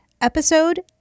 episode